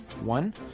one